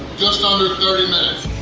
just under thirty minutes.